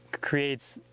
creates